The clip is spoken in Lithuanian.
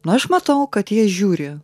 nu aš matau kad jie žiūri